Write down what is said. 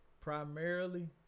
Primarily